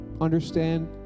understand